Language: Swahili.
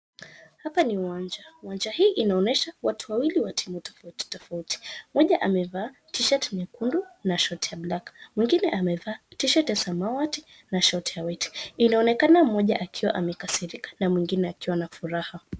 Hapa ni uwanja. Uwanja hii inaonyesha wawili wa timu tofautitofauti. Mmoja amevaa tshirt nyekundu na short ya black , mwengine amevaa tshirt ya samawati na short ya white . Inaonekana mmoja akiwa amekasirika na mwengine akiwa na furaha.